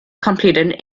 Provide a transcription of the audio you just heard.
completed